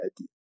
idea